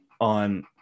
on